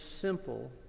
simple